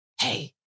Hey